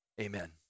amen